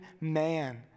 man